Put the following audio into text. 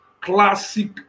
classic